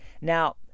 Now